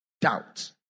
doubt